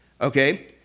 okay